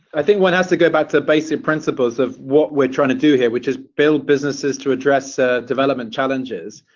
so one has to go about the basic principles of what we're trying to do here, which is build businesses to address ah development challenges.